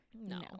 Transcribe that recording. No